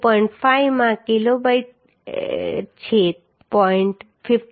5 માં Kb છે 0